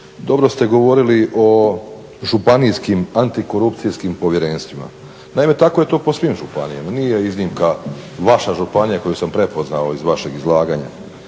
dobro ste govorili o županijskim antikorupcijskim povjerenstvima. Naime, tako je to po svim županijama, nije iznimka vaša županija koju sam prepoznao iz vašeg izlaganja.